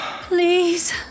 Please